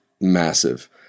massive